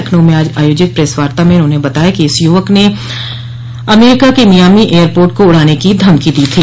लखनऊ में आज आयोजित प्रेसवर्ता में उन्होंने बताया कि इस युवक ने अमेरिका के मियामो एयरपोर्ट को उडाने की धमकी दी थी